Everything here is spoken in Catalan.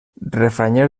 refranyer